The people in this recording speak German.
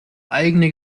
eigene